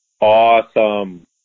Awesome